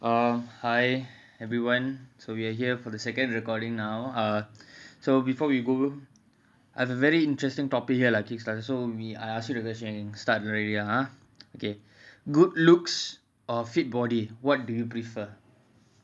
err hi everyone so we're here for the second recording now uh so before we go I have a very interesting topic here lah kislan so I'll ask you to share start already lah okay so good looks or a fit body what do you prefer I think it's a fantastic question so you can answer that